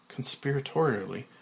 conspiratorially